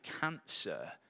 cancer